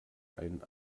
einen